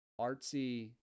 artsy